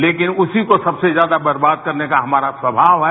लेकिन उसी को सबसे ज्यादा वर्बाद करने का हमारा स्वभाव है